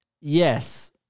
Yes